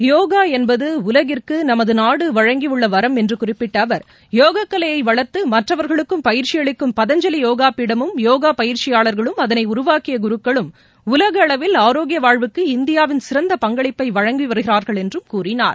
யோகா என்பது உலகிற்கு நமது நாடு வழங்கியுள்ள வரம் என்று குறிப்பிட்ட அவர் யோகக் கலையை வளர்த்து மற்றவர்களுக்கும் பயிற்சி அளிக்கும் பதஞ்சலி யோகா பீடமும் யோகா பயிற்சியாளர்களும் அதனை உருவாக்கிய குருக்களும் உலக அளவில் ஆரோக்கிய வாழ்வுக்கு இந்தியாவின் சிறந்த பங்களிப்பை வழங்கி வருகிறார்கள் என்றும் கூறினார்